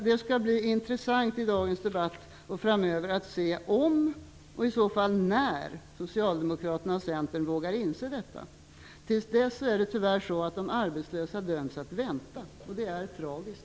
Det skall bli intressant att i dagen debatt och framöver se om, och i så fall när, Socialdemokraterna och Centern vågar inse detta. Tills dess döms de arbetslösa tyvärr att vänta. Det är tragiskt.